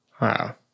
Wow